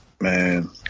man